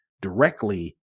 directly